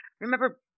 remember